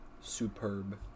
Superb